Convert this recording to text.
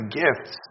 gifts